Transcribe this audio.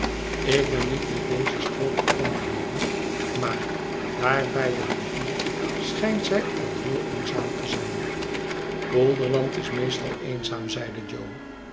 ik ben niet met deze streek bekend heeren maar daar bij de rivier schijnt zij al heel eenzaam te zijn polderland is meestal eenzaam zeide jo